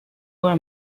over